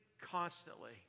constantly